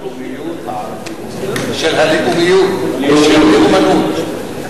של הלאומיות הערבית, לא הלאומנות.